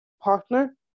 partner